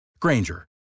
Granger